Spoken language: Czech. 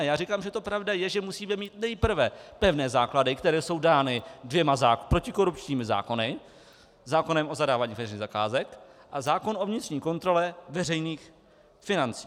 Já říkám, že to pravda je, že musíme mít nejprve pevné základy, které jsou dány dvěma protikorupčními zákony zákonem o zadávání veřejných zakázek a zákonem o vnitřní kontrole veřejných financí.